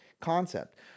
concept